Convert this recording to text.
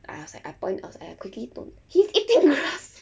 I was like I point outside I quickly don't he's eating grass